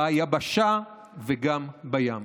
ביבשה וגם בים.